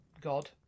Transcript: god